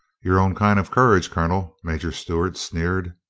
your own kind of courage, colonel, major stewart sneered.